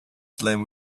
slam